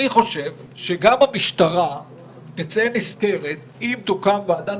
אני חושב שגם המשטרה תצא נשכרת אם תוקם ועדת